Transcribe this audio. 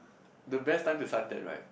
the best time to suntan right